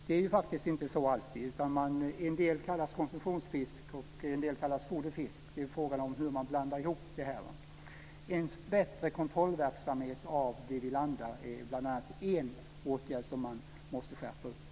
Det är inte alltid så, utan en del kallas konsumtionsfisk och en del kallas foderfisk och det handlar om hur man blandar ihop detta. En åtgärd som man måste skärpa är bl.a. en bättre kontrollverksamhet av det som vi landar.